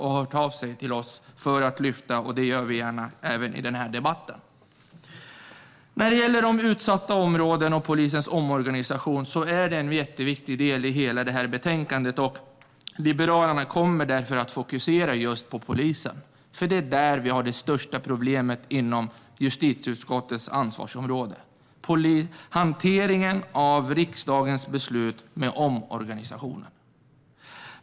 Man har hört av sig till oss för att vi ska lyfta fram problemet, och det gör vi gärna även i den här debatten. Utsatta områden och polisens omorganisation är en viktig del i betänkandet. Liberalerna kommer därför att fokusera just på polisen, för det är där som det största problemet finns inom justitieutskottets ansvarsområde. Det gäller hanteringen av riksdagens beslut om omorganisationen.